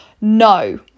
No